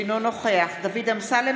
אינו נוכח דוד אמסלם,